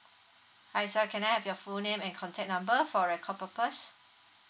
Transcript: hi sir can I have your full name and contact number for record purpose